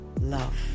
love